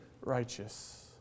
righteous